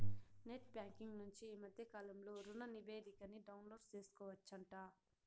net banking నుంచి ఈ మద్దె కాలంలో రుణనివేదికని డౌన్లోడు సేసుకోవచ్చంట